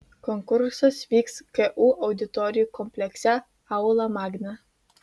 konkursas vyks ku auditorijų komplekse aula magna